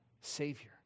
Savior